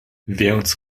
więc